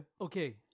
Okay